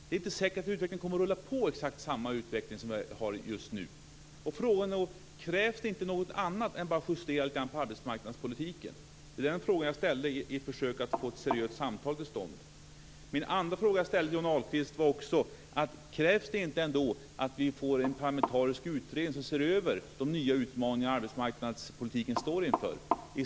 Det är inte säkert att utvecklingen kommer att rulla på i exakt samma takt som just nu. Frågan är: Krävs det inte något annat än bara justeringar av arbetsmarknadspolitiken? Det var en fråga som jag ställde i ett försök att få till stånd ett seriöst samtal. Den andra fråga som jag ställde till Johnny Ahlqvist var: Krävs det inte ändå att vi får en parlamentarisk utredning, som ser över de nya utmaningar som arbetsmarknadspolitiken står inför?